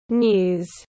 news